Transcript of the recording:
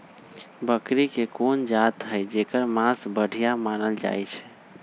बकरी के कोन जात हई जेकर मास बढ़िया मानल जाई छई?